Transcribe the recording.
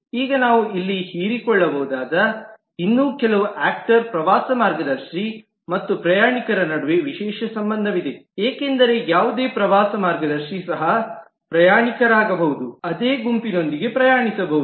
ಈಗ ನಾವು ಇಲ್ಲಿ ಹೀರಿಕೊಳ್ಳಬಹುದಾದ ಇನ್ನೂ ಕೆಲವು ಆಕ್ಟರ್ ನ ಪ್ರವಾಸ ಮಾರ್ಗದರ್ಶಿ ಮತ್ತು ಪ್ರಯಾಣಿಕರ ನಡುವೆ ವಿಶೇಷ ಸಂಬಂಧವಿದೆ ಏಕೆಂದರೆ ಯಾವುದೇ ಪ್ರವಾಸ ಮಾರ್ಗದರ್ಶಿ ಸಹ ಪ್ರಯಾಣಿಕರಾಗಬಹುದು ಅದೇ ಗುಂಪಿನೊಂದಿಗೆ ಪ್ರಯಾಣಿಸಬಹುದು